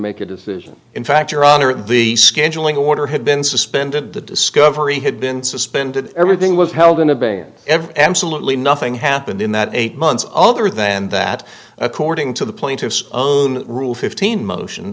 make a decision in fact your honor the scheduling order had been suspended the discovery had been suspended everything was held in abeyance ever absolutely nothing happened in that eight months other than that according to the plaintiff's rule fifteen motion